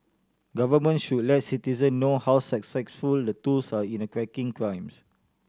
government should let citizen know how successful the tools are in a cracking crimes